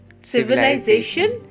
Civilization